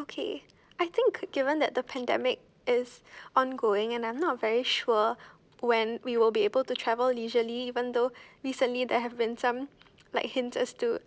okay I think given that the pandemic is ongoing and I'm not very sure when we will be able to travel leisurely even though recently there have been some like hint us to